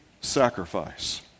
sacrifice